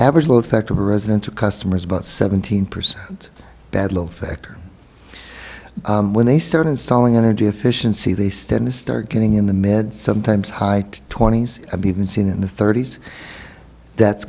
average load factor residential customers about seventeen percent bad load factor when they started selling energy efficiency they stand to start getting in the med sometimes high twenty's be even seen in the thirty's that's